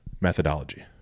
methodology